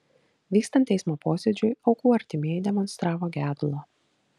vykstant teismo posėdžiui aukų artimieji demonstravo gedulą